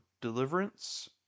deliverance